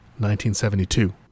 1972